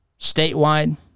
statewide